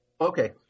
Okay